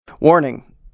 Warning